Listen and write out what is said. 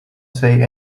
say